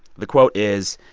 the quote is,